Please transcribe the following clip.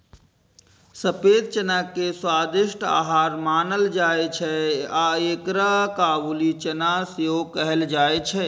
सफेद चना के स्वादिष्ट आहार मानल जाइ छै आ एकरा काबुली चना सेहो कहल जाइ छै